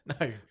No